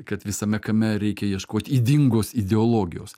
kad visame kame reikia ieškoti ydingos ideologijos